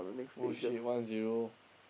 oh shit one zero